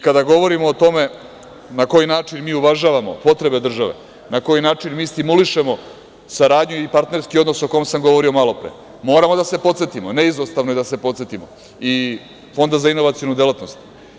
Kada govorimo o tome na koji način mi uvažavamo potrebe države, na koji način mi stimulišemo saradnju i partnerski odnos o kom sam govorio malopre, moramo da se podsetimo, neizostavno je da se podsetimo i Fonda za inovacionu delatnost.